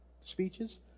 speeches